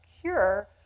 cure